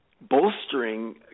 bolstering